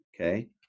okay